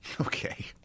Okay